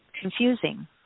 confusing